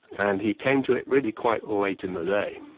and he came to it really quite late in the day.